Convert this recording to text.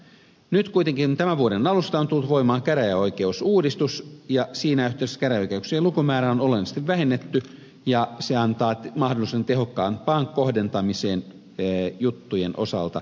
nyt kuitenkin tämän vuoden alusta on tullut voimaan käräjäoikeusuudistus ja siinä yhteydessä käräjäoikeuksien lukumäärää on olennaisesti vähennetty ja se antaa mahdollisuuden tehokkaampaan kohdentamiseen juttujen osalta